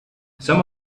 some